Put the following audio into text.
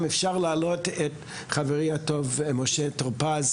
בוקר טוב לכולם